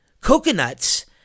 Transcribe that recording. coconuts